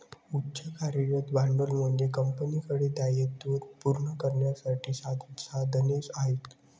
उच्च कार्यरत भांडवल म्हणजे कंपनीकडे दायित्वे पूर्ण करण्यासाठी संसाधने आहेत